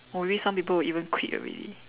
or maybe some people will even quit already